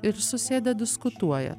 ir susėdę diskutuoja